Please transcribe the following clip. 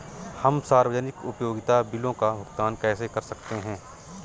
हम सार्वजनिक उपयोगिता बिलों का भुगतान कैसे कर सकते हैं?